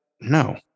No